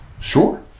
Sure